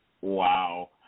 wow